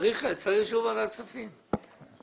צריך אישור ועדת כספים.